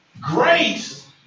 Grace